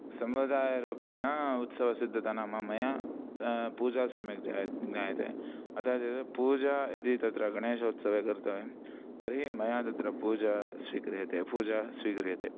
समुदायरूपेण उत्सवसिद्धता नाम मया पूजा सम्यक् जाय् ज्ञायते अतः चेत् पूजा यदि तत्र गणेशोत्सवे कर्तव्यं तर्हि मया तत्र पूजां स्वीक्रियते पूजां स्वीक्रियते